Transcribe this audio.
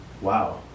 Wow